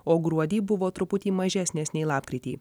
o gruodį buvo truputį mažesnės nei lapkritį